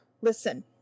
Listen